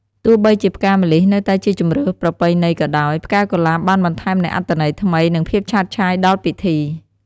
ទោះបីជាផ្កាម្លិះនៅតែជាជម្រើសប្រពៃណីក៏ដោយ ផ្កាកុលាបបានបន្ថែមនូវអត្ថន័យថ្មី និងភាពឆើតឆាយដល់ពិធី។